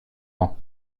ans